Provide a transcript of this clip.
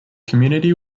community